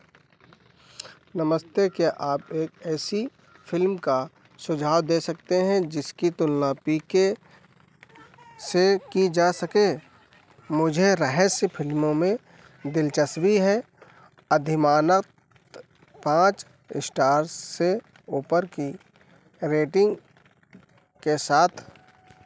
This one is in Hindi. नमस्ते क्या आप एक ऐसी फ़िल्म का सुझाव दे सकते हैं जिसकी तुलना पीके से की जा सके मुझे रहस्य फ़िल्मों में दिलचस्पी है अधिमानक पाँच स्टार्स से ऊपर की रेटिंग के साथ